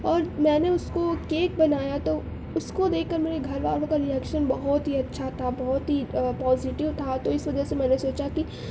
اور میں نے اس کو کیک بنایا تو اس کو دیکھ کر میرے گھر والوں کا ری ایکشن بہت ہی اچھا تھا بہت ہی پازیٹیو تھا تو اس وجہ سے میں نے سوچا کہ